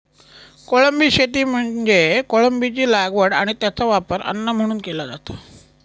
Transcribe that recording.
कोळंबी शेती म्हणजे कोळंबीची लागवड आणि त्याचा वापर अन्न म्हणून केला जातो